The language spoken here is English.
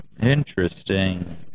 Interesting